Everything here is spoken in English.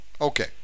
okay